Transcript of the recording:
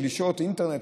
כמו גלישה באינטרנט,